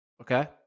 Okay